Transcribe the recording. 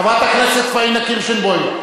חברת הכנסת פניה קירשנבאום,